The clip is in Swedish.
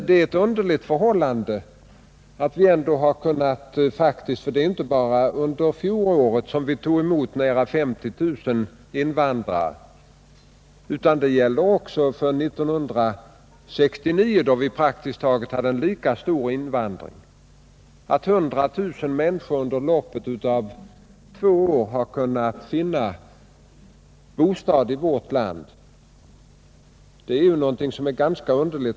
Det är i och för sig anmärkningsvärt att vi inte bara under fjolåret kunde ta emot 50 000 invandrare utan även under 1969, kunde klara en hade praktiskt en lika stor invandring. Att 100 000 människor under loppet av två år har kunnat finna bostäder i vårt land är någonting ganska egendomligt.